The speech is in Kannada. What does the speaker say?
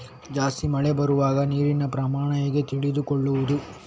ಜಾಸ್ತಿ ಮಳೆ ಬರುವಾಗ ನೀರಿನ ಪ್ರಮಾಣ ಹೇಗೆ ತಿಳಿದುಕೊಳ್ಳುವುದು?